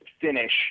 finish